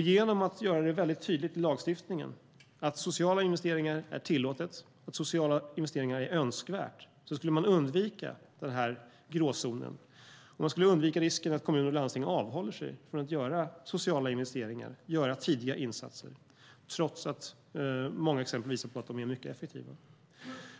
Genom att göra det mycket tydligt i lagstiftningen att sociala investeringar är tillåtna och önskvärda skulle man undvika denna gråzon, och man skulle undvika risken att kommuner och landsting avhåller sig från att göra sociala investeringar och göra tidiga insatser, trots att många exempel visa att de är mycket effektiva.